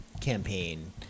campaign